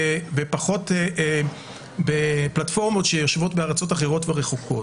ופחות בפלטפורמות שיושבות בארצות אחרות ורחוקות.